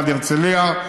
עד הרצליה,